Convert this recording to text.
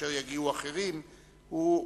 9, אין